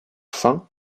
fin